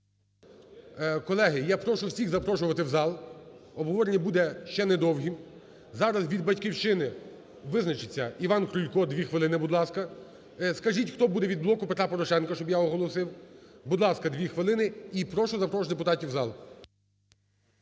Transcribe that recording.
Колеги, я прошу всіх запрошувати в зал. Обговорення буде ще недовгим. Зараз від "Батьківщини" визначиться. Іван Крулько, дві хвилини, будь ласка. Скажіть, хто буде від "Блоку Петра Порошенка", щоб я оголосив. Будь ласка, 2 хвилини. І прошу запрошувати депутатів в зал.